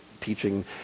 teaching